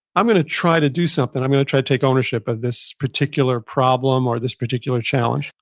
i'm going to try to do something. i'm going to try to take ownership of this particular problem or this particular challenge.